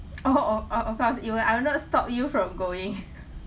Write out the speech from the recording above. oh oh oh of course it will I will not stop you from going